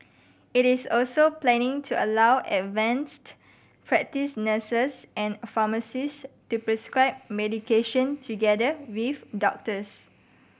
it is also planning to allow advanced practice nurses and pharmacist to prescribe medication together with doctors